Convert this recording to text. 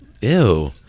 Ew